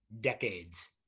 decades